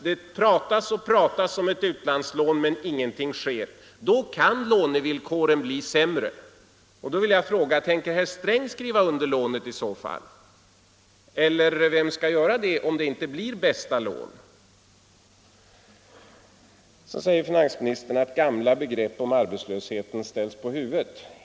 Det pratas och pratas om ett utlandslån, men ingenting sker. Då kan lånevillkoren bli sämre. Jag vill då fråga: Tänker herr Sträng skriva under lånet i så fall? Eller vem skall göra det, om det inte blir bästa lån? Finansministern säger att gamla begrepp om arbetslösheten ställs på huvudet.